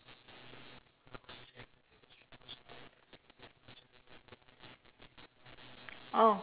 oh